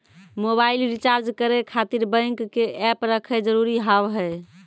Mobile recharge करे खातिर bank के ऐप रखे जरूरी हाव है?